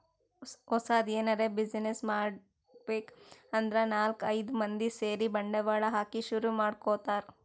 ಹೊಸದ್ ಎನರೆ ಬ್ಯುಸಿನೆಸ್ ಮಾಡ್ಬೇಕ್ ಅಂದ್ರ ನಾಲ್ಕ್ ಐದ್ ಮಂದಿ ಸೇರಿ ಬಂಡವಾಳ ಹಾಕಿ ಶುರು ಮಾಡ್ಕೊತಾರ್